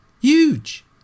Huge